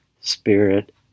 spirit